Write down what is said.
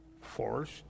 forced